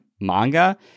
manga